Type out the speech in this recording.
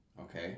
Okay